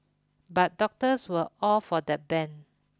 but doctors were all for the ban